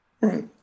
Right